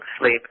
sleep